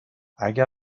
اگه